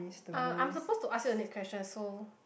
uh I'm supposed to ask you the next question so